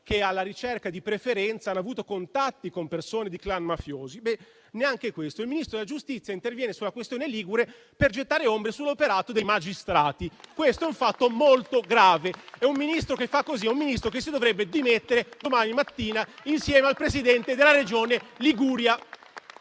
che, alla ricerca di preferenze, hanno avuto contatti con esponenti di *clan* mafiosi. No, neanche questo. Il Ministro della giustizia interviene sulla questione ligure per gettare ombre sull'operato dei magistrati. Questo è un fatto molto grave e un Ministro che fa così è un Ministro che si dovrebbe dimettere domani mattina insieme al Presidente della Regione Liguria.